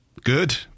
good